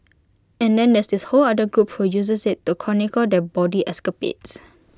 and then there's this whole other group who uses IT to chronicle their bawdy escapades